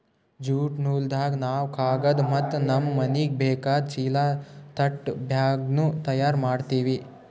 jute ನೂಲ್ದಾಗ್ ನಾವ್ ಕಾಗದ್ ಮತ್ತ್ ನಮ್ಮ್ ಮನಿಗ್ ಬೇಕಾದ್ ಚೀಲಾ ತಟ್ ಬ್ಯಾಗ್ನು ತಯಾರ್ ಮಾಡ್ತೀವಿ